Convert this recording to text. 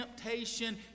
temptation